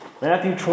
Matthew